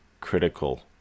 critical